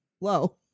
low